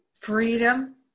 freedom